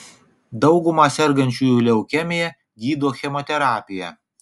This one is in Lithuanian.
daugumą sergančiųjų leukemija gydo chemoterapija